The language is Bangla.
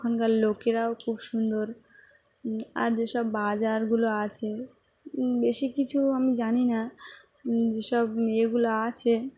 ওখানকার লোকেরাও খুব সুন্দর আর যেসব বাজারগুলো আছে বেশি কিছু আমি জানি না যেসব ইয়েগুলো আছে